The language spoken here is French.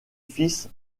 fils